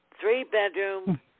three-bedroom